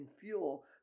fuel